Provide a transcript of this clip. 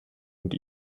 und